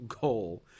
goal